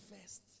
first